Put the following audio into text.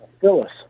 Phyllis